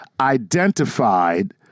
identified